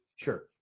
Sure